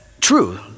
true